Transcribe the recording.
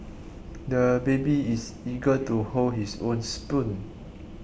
the baby is eager to hold his own spoon